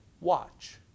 watch